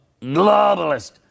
Globalist